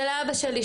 של אבא שלי,